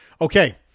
okay